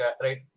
right